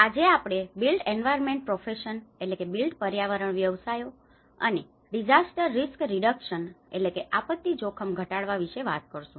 આજે આપણે built environment profession built environment professions built પર્યાવરણ વ્યવસાયો અને disaster risk reduction disaster risk reduction આપત્તિ જોખમ ઘટાડવા વિશે વાત કરીશું